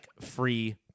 free